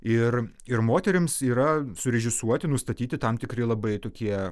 ir ir moterims yra surežisuoti nustatyti tam tikri labai tokie